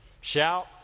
shout